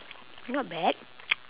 not bad